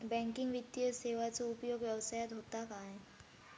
Banking वित्तीय सेवाचो उपयोग व्यवसायात होता काय?